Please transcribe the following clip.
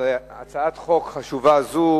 על הצעת חוק חשובה זאת.